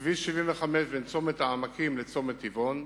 כביש 75 בין צומת העמקים לצומת טבעון,